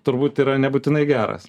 turbūt yra nebūtinai geras